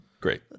great